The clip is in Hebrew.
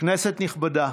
כנסת נכבדה,